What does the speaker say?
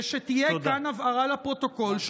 ושתהיה כאן הבהרה לפרוטוקול,